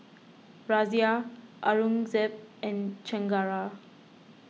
Razia Aurangzeb and Chengara